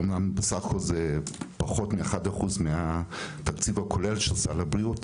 אמנם בסך הכול זה פחות מ-1% מהתקציב הכולל של סל הבריאות,